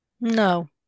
No